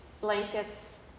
blankets